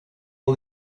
all